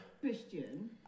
Christian